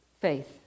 faith